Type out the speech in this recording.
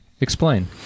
Explain